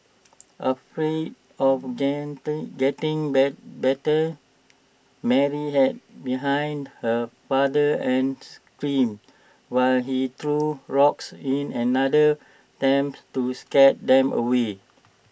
afraid of getting getting bite bitten Mary hid behind her father and screamed while he threw rocks in another attempt to scare them away